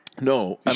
No